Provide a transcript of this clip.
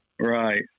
Right